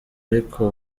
ariko